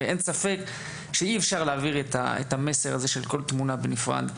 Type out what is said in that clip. ואין ספק שאי אפשר להעביר את המסר הזה של כל תמונה בנפרד במילים,